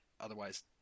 otherwise